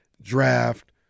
draft